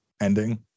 ending